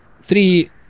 Three